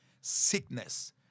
sickness